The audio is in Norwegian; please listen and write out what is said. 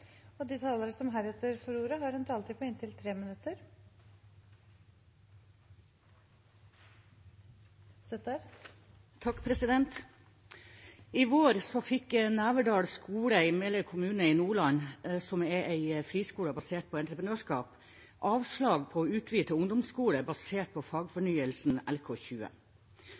omme. De talere som heretter får ordet, har også en taletid på 3 minutter. I vår fikk Neverdal skole i Meløy kommune i Nordland, som er en friskole med entreprenørskap, avslag på å utvide til ungdomsskole, basert på fagfornyelsen